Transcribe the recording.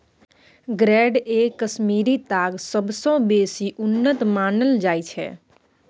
grade A Kashmiri ताग सबसँ बेसी उन्नत मानल जाइ छै